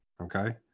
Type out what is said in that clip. okay